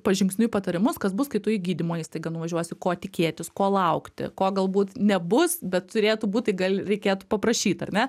pažingsniuj patarimus kas bus kai tu į gydymo įstaigą nuvažiuosi ko tikėtis ko laukti ko galbūt nebus bet turėtų būt tai gal reikėtų paprašyt ar ne